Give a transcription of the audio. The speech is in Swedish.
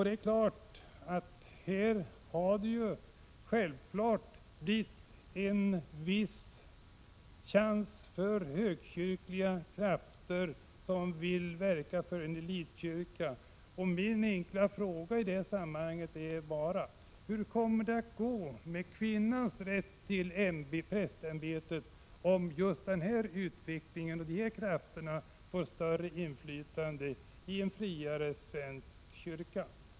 Det är klart att det uppstår en viss chans för högkyrkliga krafter som vill verka för en elitkyrka. Min enkla fråga i detta sammanhang är: Hur kommer det att gå med kvinnans rätt till prästämbetet, om denna förändring ger dessa krafter större inflytande i en friare svensk kyrka?